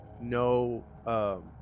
no